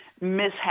mishap